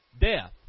death